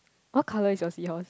what colour is your seahorse